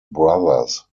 brothers